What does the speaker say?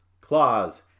claws